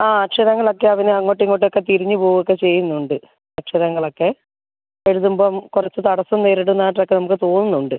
ആ അക്ഷരങ്ങളൊക്കെ അവന് അങ്ങോട്ടും ഇങ്ങോട്ടൊക്കെ തിരിഞ്ഞ് പോവുവൊക്കെ ചെയ്യുന്നുണ്ട് അക്ഷരങ്ങളൊക്കെ എഴുതുമ്പം കുറച്ച് തടസ്സം നേരിടുന്നതായിട്ടൊക്കെ നമുക്ക് തോന്നുന്നുണ്ട്